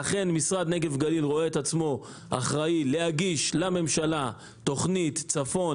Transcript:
אכן משרד הנגב והגליל רואה את עצמו אחראי להגיש לממשלה תוכנית לצפון,